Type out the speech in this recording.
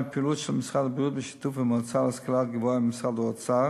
מפעילות של משרד הבריאות בשיתוף המועצה להשכלה גבוהה ומשרד האוצר